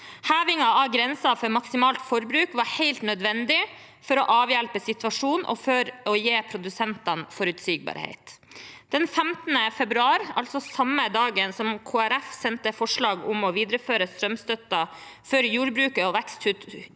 Heving av grensen for maksimalt forbruk var helt nødvendig for å avhjelpe situasjonen og for å gi produsentene forutsigbarhet. Den 15. februar, altså samme dagen som Kristelig Folkeparti sendte forslag om å videreføre strømstøtten for jordbruks- og veksthusnæringen